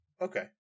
Okay